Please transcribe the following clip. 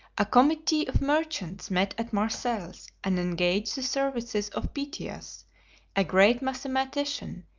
a committee of merchants met at marseilles and engaged the services of pytheas, a great mathematician,